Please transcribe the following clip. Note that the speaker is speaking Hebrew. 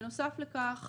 בנוסף לכך,